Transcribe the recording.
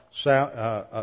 south